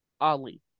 Ali